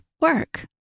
work